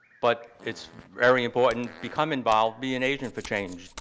but it's very important, become involved, be an agent for change.